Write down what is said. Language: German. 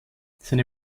seine